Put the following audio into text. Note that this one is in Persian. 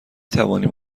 توانیم